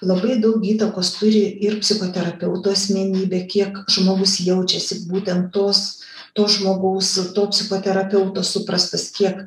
labai daug įtakos turi ir psichoterapeuto asmenybė kiek žmogus jaučiasi būtent tos to žmogaus to psichoterapeuto suprastas kiek